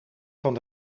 van